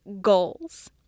goals